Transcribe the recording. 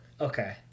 Okay